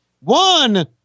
One